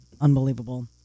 unbelievable